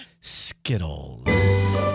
Skittles